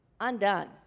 undone